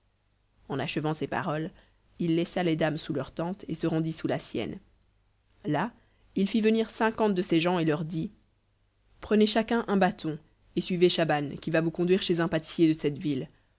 en achevant ces paroles il laissa les dames sous leur tente et se rendit sous la sienne là il fit venir cinquante de ses gens et leur dit prenez chacun un bâton et suivez schaban qui va vous conduire chez un pâtissier de cette ville